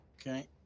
Okay